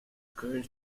current